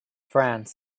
france